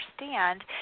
understand